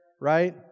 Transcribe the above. right